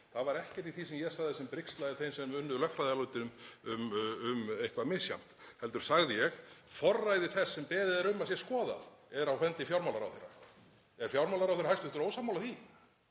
það var ekkert í því sem ég sagði sem brigslaði þeim sem unnu lögfræðiálitið um eitthvað misjafnt, heldur sagði ég: Forræði þess sem beðið er um að sé skoðað er á hendi fjármálaráðherra. Er hæstv. fjármálaráðherra ósammála því?